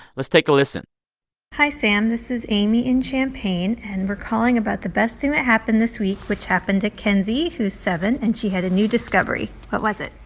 let's take a listen hi, sam. this is amy in champaign, and we're calling about the best thing that happened this week, which happened to kinsey who's seven. and she had a new discovery what was it?